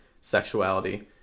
sexuality